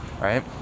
right